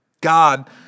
God